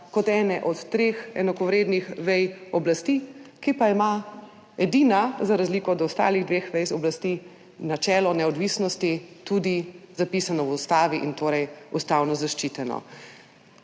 kot ene od treh enakovrednih vej oblasti, ki pa ima edina, za razliko od ostalih dveh vej oblasti, načelo neodvisnosti tudi zapisano v ustavi in torej ustavno zaščiteno.